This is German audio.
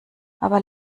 aber